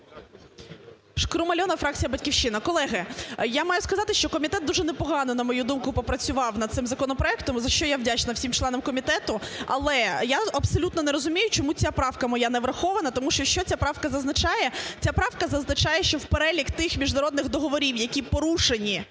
Шкрум Альона, фракція "Батьківщина". Колеги, я маю сказати, що комітет дуже не погано, на мою думку, попрацював над цим законопроектом, за що я вдячна всім членам комітету. Але я абсолютно не розумію, чому ця правка моя не врахована. Тому що, що ця правка зазначає? Ця правка зазначає, що в перелік тих міжнародних договорів, які порушені